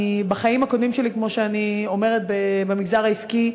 בחיים הקודמים שלי, כמו שאני אומרת, במגזר העסקי,